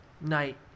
Night